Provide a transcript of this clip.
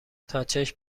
تاچشم